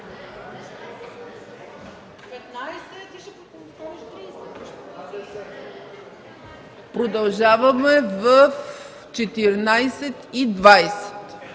Продължаваме в 14,20